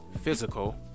physical